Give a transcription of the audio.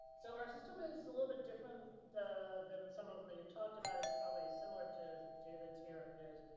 so our system is a little bit different than some of and you've talked about. it's probably similar to david's here is.